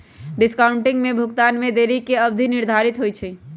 discounting में भुगतान में देरी के अवधि निर्धारित होइ छइ